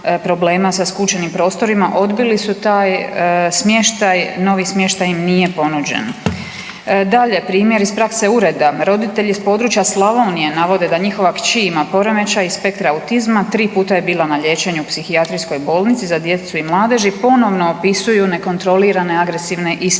problema sa skučenim prostorima, odbili su taj smještaj, novi smještaj im nije ponuđen. Dakle, primjeri iz prakse ureda, roditelji s područja Slavonije navode da njihova kći ima poremećaj iz spektra autizma, 3 puta je bila na liječenju u psihijatrijskoj bolnici za djecu i mladež i ponovno opisuju nekontrolirane agresivne ispade.